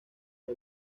los